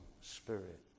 Spirit